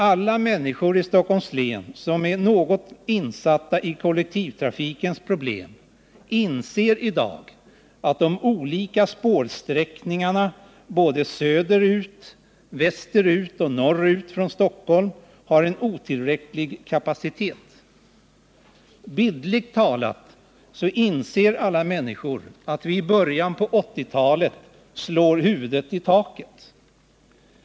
Alla människor i Stockholms län som är något insatta i kollektivtrafikens problem inser i dag att de olika spårsträckningarna — både söderut, västerut och norrut från Stockholm — har en otillräcklig kapacitet. Alla människor inser att vi i början av 1980-talet bildligt talat slår huvudet i taket.